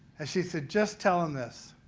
and she said, just tell them this.